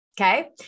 okay